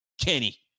Kenny